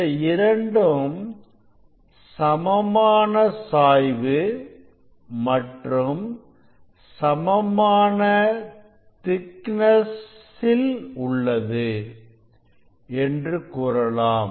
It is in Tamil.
இந்த இரண்டும் சமமான சாய்வு மற்றும் சமமான திக்னஸ் உள்ளது என்று கூறலாம்